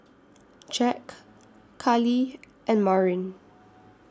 Jack Kalie and Marin